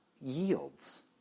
yields